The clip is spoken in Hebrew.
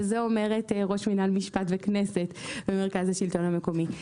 ואת זה אומרת ראש מינהל משפט וכנסת במרכז השלטון המקומי.